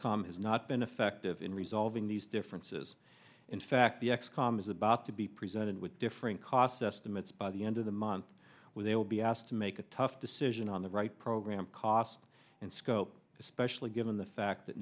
com has not been effective in resolving these differences in fact the x com is about to be presented with differing cost estimates by the end of the month when they will be asked to make a tough decision on the right program cost and scope especially given the fact that